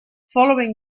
following